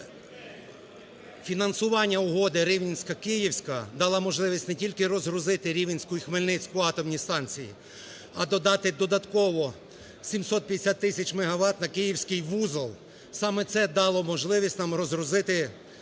Фінансування угоди (Рівненська – Київська) дала можливість не тільки розгрузити Рівненську і Хмельницьку атомні станції, а додати додатково 750 тисяч мегават на київський вузол, саме це дало можливість нам розгрузити Трипільську